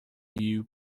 you